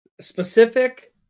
specific